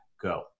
Go